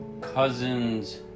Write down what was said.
cousin's